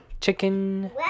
chicken